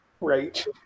Right